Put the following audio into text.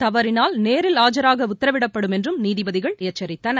தவறினால் நேரில் ஆஜராகஉத்தரவிடப்படும் என்றும் நீதிபதிகள் எச்சரித்தனர்